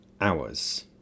hours